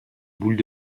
boules